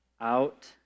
out